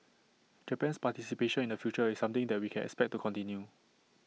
Japan's participation in the future is something that we can expect to continue